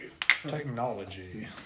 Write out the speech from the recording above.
Technology